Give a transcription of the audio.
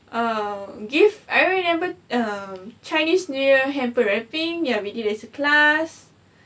err give I remember um chinese new year hamper wrapping ya we eat at the class